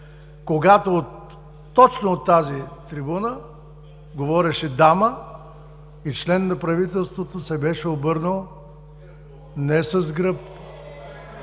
когато точно от тази трибуна говореше дама и член на правителството се беше обърнал с гръб